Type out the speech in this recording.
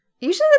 Usually